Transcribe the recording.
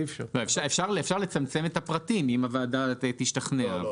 אפשר לצמצם את הפרטים, אם הוועדה תשתכנע.